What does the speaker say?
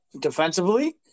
defensively